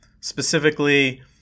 Specifically